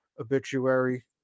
obituary